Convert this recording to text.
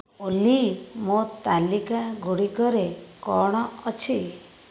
ଓଲି ମୋ ତାଲିକା ଗୁଡ଼ିକରେ କଣ ଅଛି